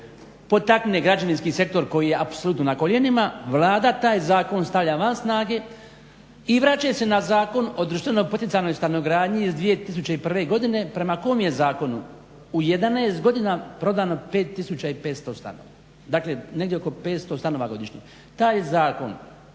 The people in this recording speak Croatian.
potakne građevinski sektor koji je apsolutno na koljenima, Vlada taj zakon stavlja van snage i vraćaju se na zakon o društveno poticanoj stanogradnji iz 2001. godine prema kom je zakonu u 11 godina prodano 5500 stanova, dakle negdje oko 500 stanova godišnje.